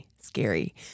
scary